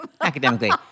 Academically